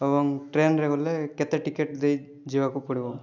ଏବଂ ଟ୍ରେନ୍ରେ ଗଲେ କେତେ ଟିକେଟ୍ ଦେଇ ଯିବାକୁ ପଡ଼ିବ